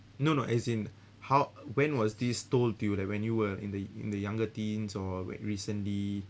no no as in how when was this told to you like when you were in the in the younger teens or wh~ recently